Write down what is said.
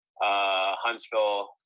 Huntsville